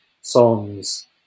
songs